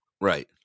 right